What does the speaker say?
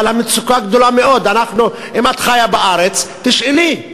אבל המצוקה גדולה מאוד, אם את חיה בארץ, תשאלי.